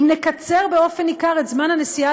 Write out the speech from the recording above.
אם נקצר באופן ניכר את זמן הנסיעה